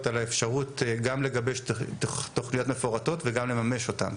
על האפשרות גם לגבש תוכניות מפורטות וגם לממש אותם,